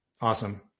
Awesome